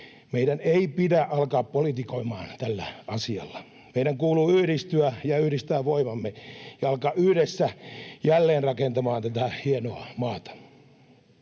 meidän ei pidä alkaa politikoimaan tällä asialla. Meidän kuuluu yhdistyä ja yhdistää voimamme ja alkaa yhdessä jälleenrakentamaan tätä hienoa maata.